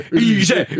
Easy